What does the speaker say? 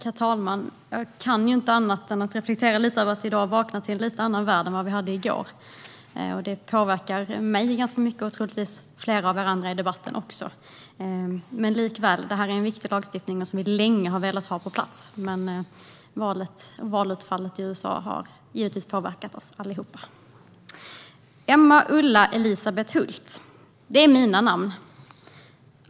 Herr talman! Jag kan inte annat än reflektera lite över att vi i dag vaknade till en något annorlunda värld än den vi hade i går. Det påverkar mig ganska mycket, och troligtvis flera av er andra i debatten också. Detta är en viktig lagstiftning som vi länge har velat ha på plats, men utfallet av valet i USA har givetvis påverkat oss allihop. Emma Ulla Elisabet Hult - det är mina namn.